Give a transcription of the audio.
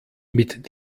mit